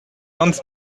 vingt